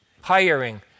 Hiring